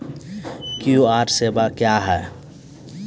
QR सेवा क्या हैं?